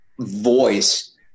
voice